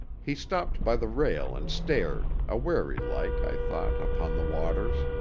he stopped by the rail and stared, aweary-like, i thought, upon the waters.